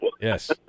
Yes